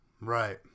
right